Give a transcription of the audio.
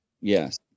Yes